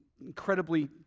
Incredibly